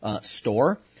store